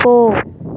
போ